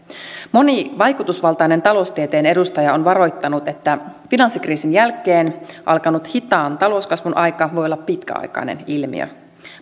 moni vaikutusvaltainen taloustieteen edustaja on varoittanut että finanssikriisin jälkeen alkanut hitaan talouskasvun aika voi olla pitkäaikainen ilmiö